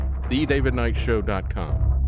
thedavidknightshow.com